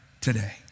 today